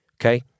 okay